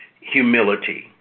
humility